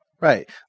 Right